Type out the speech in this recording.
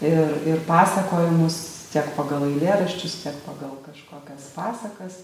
ir ir pasakojimus tiek pagal eilėraščius tiek pagal kažkokias pasakas